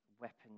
weapons